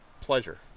pleasure